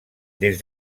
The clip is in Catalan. des